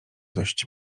dość